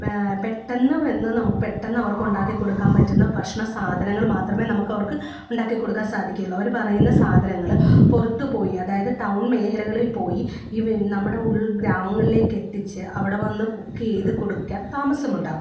പെട്ടന്ന് വന്ന് നമുക്ക് പെട്ടന്ന് അവർക്കുണ്ടാക്കി കൊടുക്കാൻ പറ്റുന്ന ഭക്ഷണ സാധനങ്ങൾ മാത്രമേ നമുക്ക് അവർക്ക് ഉണ്ടാക്കി കൊടുക്കാൻ സാധിക്കുള്ളു അവർ പറയുന്ന സാധനങ്ങൾ പുറത്തുപോയി അതായത് ടൗൺ മേഖലകളിൽ പോയി ഈ നമ്മുടെ ഉൾ ഗ്രാമങ്ങളിലേക്കെത്തിച്ച് അവിടെ വന്ന് കുക്ക് ചെയ്ത് കൊടുക്കാൻ താമസമുണ്ടാകും